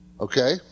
Okay